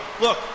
Look